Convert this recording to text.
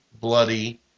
bloody